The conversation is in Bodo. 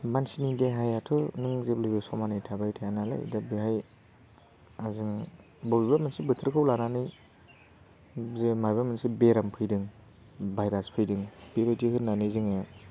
मानसिनि देहायाथ' नों जेब्लायबो समानै थाबाय थाया नालाय दा बेहाय जों बबेबा मोनसे बोथोरखौ लानानै जे माबा मोनसे बेराम फैदों भाइरास फैदों बेबायदि होननानै जोङो